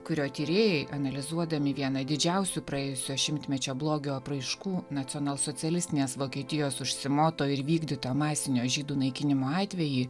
kurio tyrėjai analizuodami vieną didžiausių praėjusio šimtmečio blogio apraiškų nacionalsocialistinės vokietijos užsimoto ir vykdyto masinio žydų naikinimo atvejį